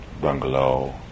bungalow